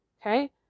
Okay